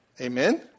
Amen